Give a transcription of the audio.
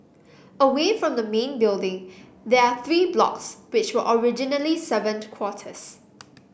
away from the main building there are three blocks which were originally servant quarters